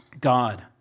God